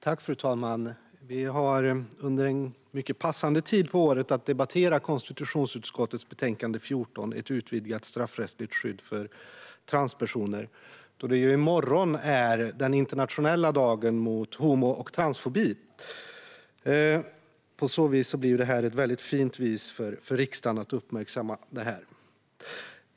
Fru talman! Vi har under en mycket passande tid på året att debattera konstitutionsutskottets betänkande 14, Ett utvidgat straffrättsligt skydd för transpersoner , eftersom det i morgon är den internationella dagen mot homo och transfobi. Den här debatten blir alltså ett fint sätt för riksdagen att uppmärksamma detta.